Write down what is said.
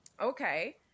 okay